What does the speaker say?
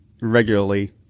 regularly